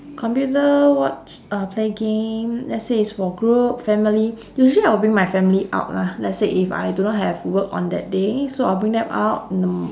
computer watch uh play game let's say it's for group family usually I will bring my family out lah let's say if I do not have work on that day so I will bring them out in the mor~